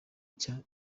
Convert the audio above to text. cya